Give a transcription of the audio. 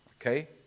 Okay